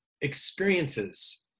experiences